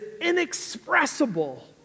inexpressible